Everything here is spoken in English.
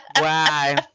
Wow